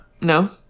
No